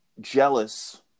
jealous